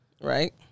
Right